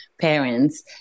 parents